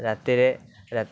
ରାତିରେ